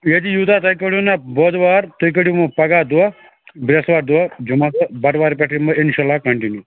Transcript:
ییٚتہِ یوٗتاہ تَتہِ کٔڈِو نا بۅدوار تُہۍ کٔڈِو وۅنۍ پَگاہ دۄہ برٛٮ۪سوارِ دۄہ جُمعہ تہٕ بَٹہٕ وارِ پٮ۪ٹھٕ یِمو اِنشاء اللہ کَنٛٹِنیوٗ